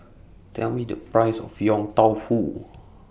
Tell Me The Price of Yong Tau Foo